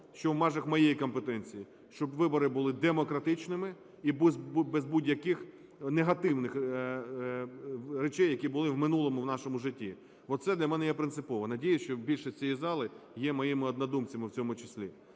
що в межах моєї компетенції, щоб вибори були демократичними і без будь-яких негативних речей, які були в минулому в нашому житті. Оце для мене є принципово, надіюсь, що більшість цієї зали є моїми однодумцями в цьому числі.